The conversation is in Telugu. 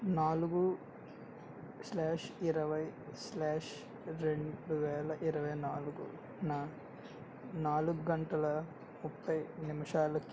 నాలుగు స్లాష్ ఇరవై స్లాష్ రెండువేల ఇరవై నాలుగు నాలుగు గంటల ముప్పై నిమిషాలకి